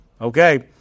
okay